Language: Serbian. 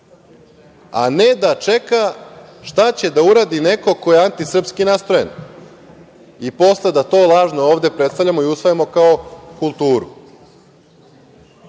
a ne da čeka šta će da uradi neko ko je antisrpski nastrojen i posle da to lažno ovde predstavljamo i usvajamo kao kulturu.„Beton“